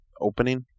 opening